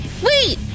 Wait